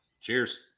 Cheers